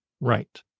Right